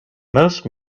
most